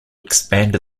expand